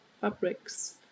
fabrics